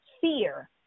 fear